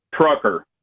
trucker